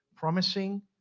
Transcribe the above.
Promising